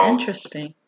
Interesting